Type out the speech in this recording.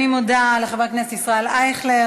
אני מודה לחבר הכנסת ישראל אייכלר.